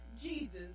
Jesus